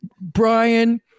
Brian